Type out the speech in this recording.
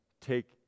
take